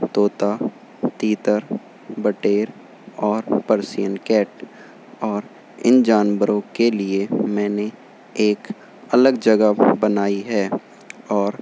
توتا تیتر بٹیر اور پرسین کیٹ اور ان جانوروں کے لیے میں نے ایک الگ جگہ بنائی ہے اور